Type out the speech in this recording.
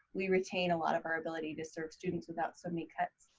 we retain a lot of our ability to serve students without so many cuts.